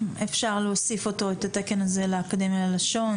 אפשר להוסיף את התקן הזה לאקדמיה ללשון,